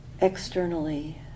externally